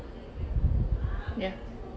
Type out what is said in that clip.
ya